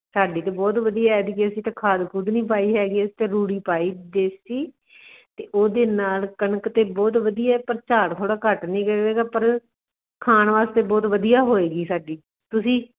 ਸਾਡੀ ਤਾਂ ਬਹੁਤ ਵਧੀਆ ਐਤਕੀਂ ਅਸੀਂ ਤਾਂ ਖਾਦ ਖੁਦ ਨਹੀਂ ਪਾਈ ਹੈਗੀ ਅਸੀਂ ਤਾਂ ਰੂੜੀ ਪਾਈ ਦੇਸੀ ਅਤੇ ਉਹਦੇ ਨਾਲ ਕਣਕ ਤਾਂ ਬਹੁਤ ਵਧੀਆ ਪਰ ਝਾੜ ਥੋੜ੍ਹਾ ਘੱਟ ਨਿਕਲੇਗਾ ਪਰ ਖਾਣ ਵਾਸਤੇ ਬਹੁਤ ਵਧੀਆ ਹੋਏਗੀ ਸਾਡੀ ਤੁਸੀਂ